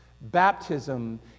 Baptism